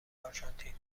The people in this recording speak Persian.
آرژانتین